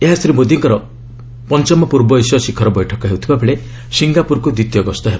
ଏହା ଶ୍ରୀ ମୋଦିଙ୍କର ଏହା ପଞ୍ଚମ ପୂର୍ବ ଏସୀୟ ଶିଖର ବୈଠକ ହେଉଥିବା ବେଳେ ସିଙ୍ଗାପୁରକୁ ଦ୍ୱିତୀୟ ଗସ୍ତ ହେବ